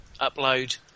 upload